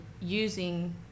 using